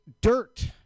dirt